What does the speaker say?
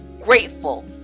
grateful